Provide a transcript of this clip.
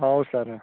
ହେଉ ସାର୍